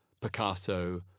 Picasso